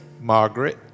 Margaret